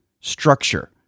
structure